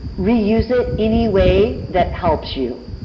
reuse it any way that helps you.